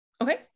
Okay